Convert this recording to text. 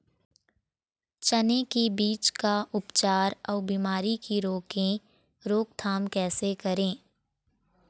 चने की बीज का उपचार अउ बीमारी की रोके रोकथाम कैसे करें?